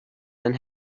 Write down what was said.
than